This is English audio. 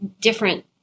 different